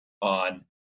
on